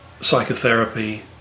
psychotherapy